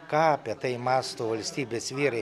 ką apie tai mąsto valstybės vyrai